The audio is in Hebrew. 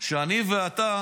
שאני ואתה